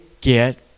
get